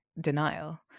denial